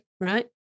right